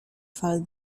fal